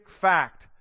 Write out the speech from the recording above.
fact